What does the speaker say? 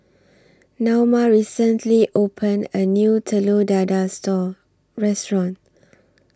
Naoma recently opened A New Telur Dadah Restaurant